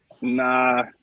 Nah